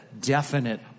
definite